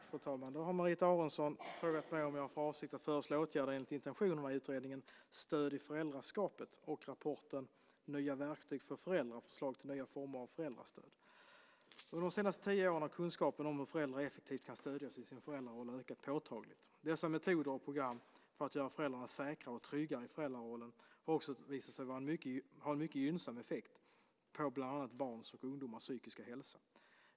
Fru talman! Marita Aronson har frågat mig om jag har för avsikt att föreslå åtgärder enligt intentionerna i utredningen Stöd i föräldraskapet och rapporten Nya verktyg för föräldrar - förslag till nya former av föräldrastöd . Under de senaste tio åren har kunskaperna om hur föräldrar effektivt kan stödjas i sin föräldraroll ökat påtagligt. Dessa metoder och program för att göra föräldrarna säkrare och tryggare i föräldrarollen har också visat sig ha en mycket gynnsam effekt på bland annat barns och ungdomars psykiska hälsa.